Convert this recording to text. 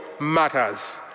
matters